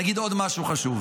אני אגיד עוד משהו חשוב.